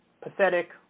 Pathetic